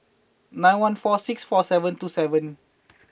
nine one four six four seven two seven